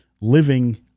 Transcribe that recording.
living